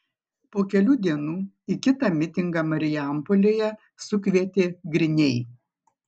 po kelių dienų į kitą mitingą marijampolėje sukvietė griniai